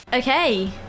Okay